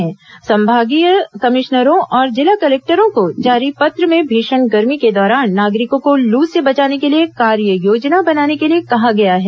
सभी संभागीय कमिश्नरों और जिला कलेक्टरों को जारी पत्र में भीषण गर्मी के दौरान नागरिकों को लू से बचाने के लिए कार्ययोजना बनाने के लिए कहा गया है